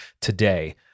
today